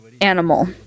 animal